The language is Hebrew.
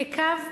כקו,